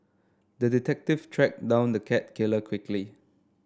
the detective tracked down the cat killer quickly